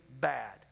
bad